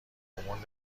هورمون